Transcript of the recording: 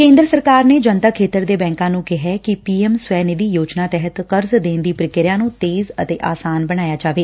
ਕੇਂਦਰ ਸਰਕਾਰ ਨੇ ਜਨਤਕ ਖੇਤਰ ਦੇ ਬੈਂਕਾਂ ਨੂੰ ਕਿਹੈ ਕਿ ਪੀ ਐਮ ਸਵੈਨਿਧੀ ਯੋਜਨਾ ਤਹਿਤ ਕਰਜ਼ ਦੇਣ ਦੀ ਪ੍ਕਿਰਿਆ ਨੂੰ ਤੇਜ਼ ਅਤੇ ਆਸਾਨ ਬਣਾਇਆ ਜਾਵੇ